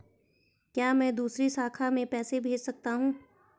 क्या मैं दूसरी शाखा में पैसे भेज सकता हूँ?